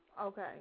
Okay